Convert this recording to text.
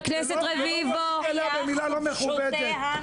--- במילה לא מכובדת.